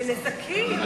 ונזקים.